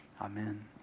Amen